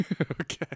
Okay